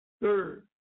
Third